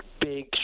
big